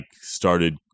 started